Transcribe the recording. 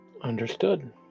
Understood